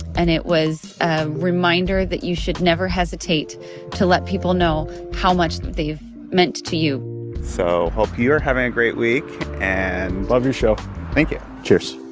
and it was a reminder that you should never hesitate to let people know how much they've meant to you so hope you're having a great week and. love your show thank you cheers